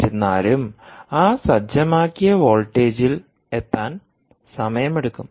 എന്നിരുന്നാലും ആ സജ്ജമാക്കിയ വോൾട്ടേജിൽ എത്താൻ സമയമെടുക്കും